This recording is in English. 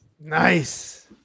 Nice